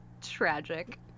tragic